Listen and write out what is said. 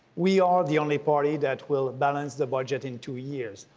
we are the only party that will balance the budget in two years.